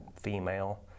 female